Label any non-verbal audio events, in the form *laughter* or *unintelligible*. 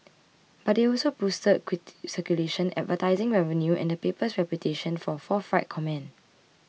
but they also boosted *unintelligible* circulation advertising revenue and the paper's reputation for forthright comment